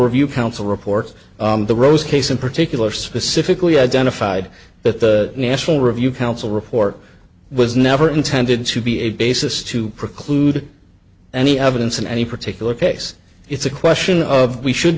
review council reports the rose case in particular specifically identified that the national review council report was never intended to be a basis to preclude any evidence in any particular case it's a question of we should